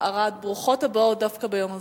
ברוכות הבאות דווקא ביום הזה.